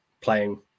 playing